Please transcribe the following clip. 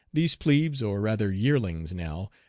these plebes, or rather yearlings now,